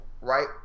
Right